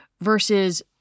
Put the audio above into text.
versus